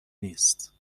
نیست